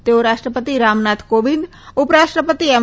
તેઓ રાષ્ટ્રપતિ રામનાથ કોવિંદ ઉપરાષ્ટ્રપતિ એમ